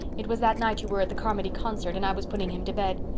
it was that night you were at the carmody concert and i was putting him to bed.